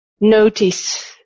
notice